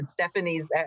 Stephanie's